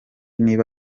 niba